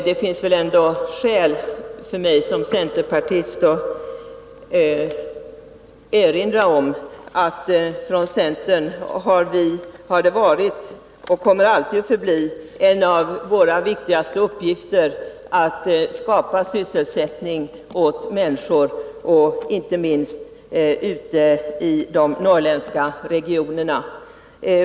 Det finns väl ändå skäl för mig som centerpartist att erinra om att för oss i centern har det varit och kommer alltid att förbli en av våra viktigaste uppgifter att skapa sysselsättning åt människor, inte minst i de norrländska regionerna.